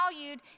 valued